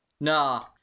Nah